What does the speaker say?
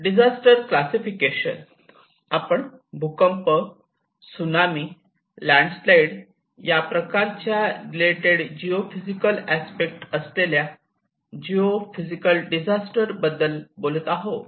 disaster classification आपण भूकंप सुनामी लँड स्लाईड या प्रकारच्या रिलेटेड जिओ फिजिकल अस्पेक्ट असलेल्या जिओ फिजिकल डिझास्टर बद्दल बोलत आहोत